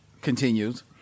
Continues